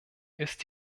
ist